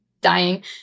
dying